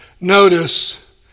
notice